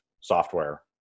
software